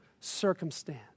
circumstance